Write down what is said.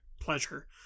pleasure